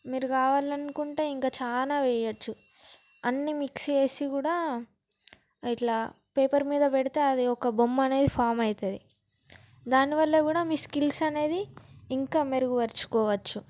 మీరు కావాలనుకుంటే ఇంకా చాలా వేయచ్చు అన్నీ మిక్స్ చేసి కూడా ఇట్లా పేపర్ మీద పెడితే అది ఒక బొమ్మ అనేది ఫామ్ అవుతుంది దానివల్ల కూడా మీ స్కిల్స్ అనేది ఇంకా మెరుగుపరుచుకోవచ్చు